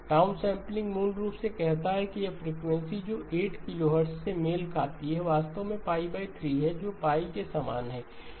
down sampling मूल रूप से कहता है कि यह फ्रीक्वेंसी जो 8 किलोहर्ट्ज़ से मेल खाती है वो वास्तव में 3 है जो के समान है